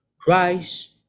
Christ